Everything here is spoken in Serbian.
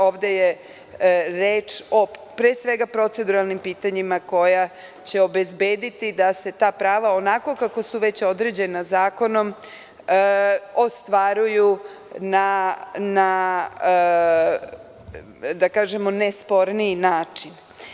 Ovde je reč pre svega o proceduralnim pitanjima koja će obezbediti da se ta prava onako kako su već određena zakonom ostvaruju na ne sporniji način.